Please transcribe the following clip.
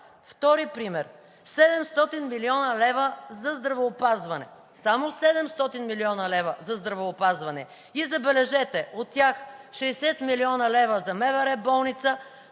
Втори пример – 700 млн. лв. за здравеопазване. Само 700 млн. лв. за здравеопазване! И, забележете, от тях 60 млн. лв. за МВР-болница,